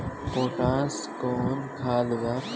Potash कोउन खाद बा?